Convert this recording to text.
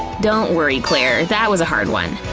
don't worry claire, that was a hard one.